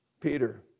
Peter